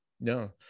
no